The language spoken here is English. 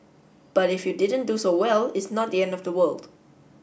but if you didn't do so well it's not the end of the world